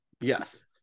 yes